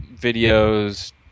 videos